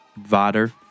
Vader